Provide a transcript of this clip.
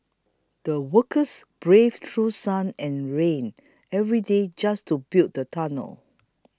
the workers braved through sun and rain every day just to build the tunnel